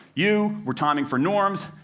you we're timing for norms.